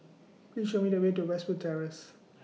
Please Show Me The Way to Westwood Terrace